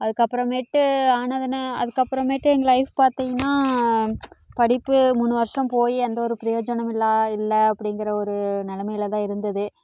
அதுக்கப்புறமேட்டு ஆனதுனா அதுக்கப்புறமேட்டு எங்கள் லைஃப் பார்த்திங்கன்னா படிப்பு மூணு வருஷம் போய் எந்த ஒரு பிரயோஜனமும் இல்லா இல்லை அப்படிங்கிற ஒரு நிலமையில தான் இருந்தது